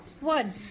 one